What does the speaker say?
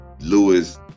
Lewis